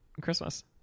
christmas